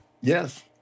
Yes